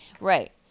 Right